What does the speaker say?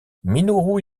minoru